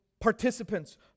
participants